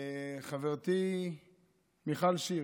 חברתי מיכל שיר,